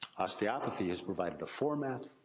osteopathy has provided a format,